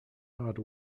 hard